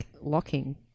locking